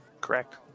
Correct